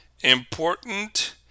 important